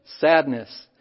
sadness